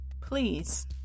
please